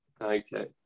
Okay